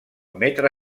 metre